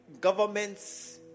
governments